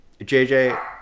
jj